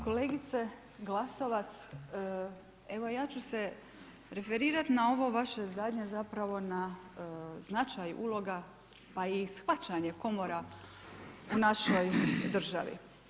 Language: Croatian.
Kolegice Glasovac, evo ja ću se referirati na ovo vaše zadnje zapravo na značaj uloga pa i shvaćanje komora u našoj državi.